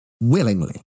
willingly